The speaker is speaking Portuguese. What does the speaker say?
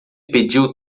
pediu